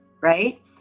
right